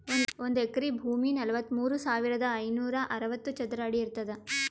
ಒಂದ್ ಎಕರಿ ಭೂಮಿ ನಲವತ್ಮೂರು ಸಾವಿರದ ಐನೂರ ಅರವತ್ತು ಚದರ ಅಡಿ ಇರ್ತದ